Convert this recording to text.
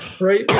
right